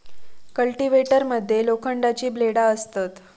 cultivator मध्ये लोखंडाची ब्लेडा असतत